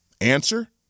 Answer